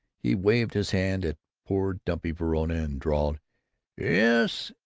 he waved his hand at poor dumpy verona and drawled yes,